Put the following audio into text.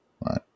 right